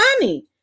money